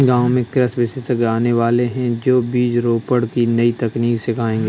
गांव में कृषि विशेषज्ञ आने वाले है, जो बीज रोपण की नई तकनीक सिखाएंगे